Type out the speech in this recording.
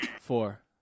four